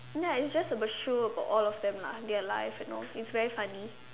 ya it's just a show about all of them lah their lives and all it's very funny